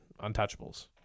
untouchables